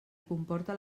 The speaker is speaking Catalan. comporta